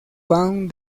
van